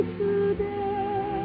today